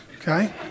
Okay